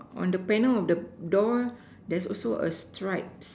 on the panel of the door there's also a stripes